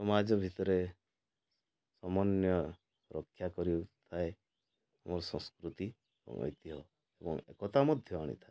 ସମାଜ ଭିତରେ ସମାନ ରକ୍ଷା କରିଥାଏ ମୋର ସଂସ୍କୃତି ଏବଂ ଐତିହ୍ୟ ଏବଂ ଏକତା ମଧ୍ୟ ଆଣିଥାଏ